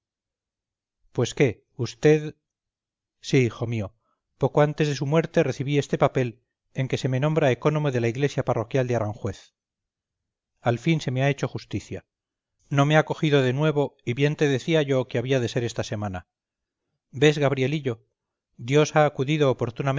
pues qué vd sí hijo mío poco antes de su muerte recibí este papel en que se me nombra ecónomo de la iglesia parroquial de aranjuez al fin se me ha hecho justicia no me ha cogido de nuevo y bien te decía yo que había de ser esta semana ves gabrielillo dios ha acudido